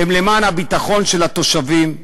הן למען הביטחון של התושבים,